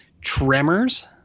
Tremors